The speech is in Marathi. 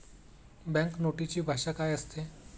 बँक नोटेची भाषा काय असते?